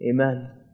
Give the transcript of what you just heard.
amen